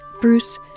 Bruce